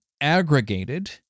aggregated